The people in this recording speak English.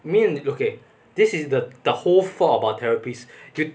mean okay this is the the whole flaw about therapists you